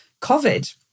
COVID